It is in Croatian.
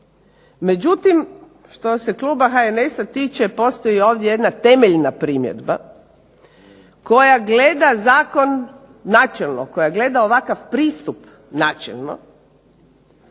Međutim, što se kluba HNS-a tiče postoji ovdje jedna temeljna primjedba koja gleda zakon načelno, koja gleda ovakav pristup načelno